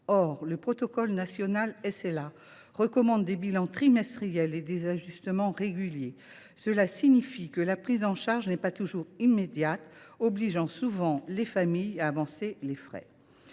et de soins pour la SLA recommande des bilans trimestriels et des ajustements réguliers. Cela signifie que la prise en charge n’est pas toujours immédiate, ce qui oblige souvent les familles à avancer les frais.